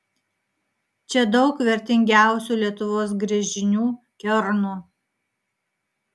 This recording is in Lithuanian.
čia daug vertingiausių lietuvos gręžinių kernų